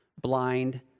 blind